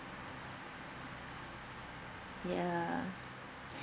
ya